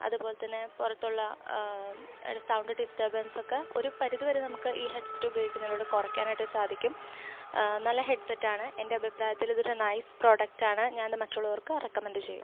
അതുപോലെ തന്നെ പുറത്തുള്ള സൗണ്ട് ഡിസ്റ്റേബന്സ് ഒക്കെ ഒരു പരിധി വരെ നമുക്ക് ഈ ഹെഡ്സെറ്റ് ഉപയോഗിക്കുന്നതിലൂടെ കുറയ്ക്കാനായിട്ട് സാധിക്കും നല്ല ഹെഡ്സെറ്റ് ആണ് എന്റെ അഭിപ്രായത്തിൽ ഇതൊരു നൈസ് പ്രൊഡക്റ്റ് ആണ് ഞാനിത് മറ്റുള്ളവര്ക്ക് റെക്കമെൻഡ് ചെയ്യും